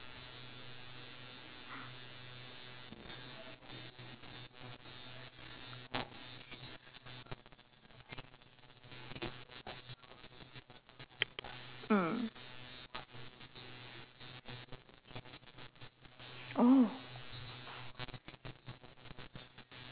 mm oh